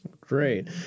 great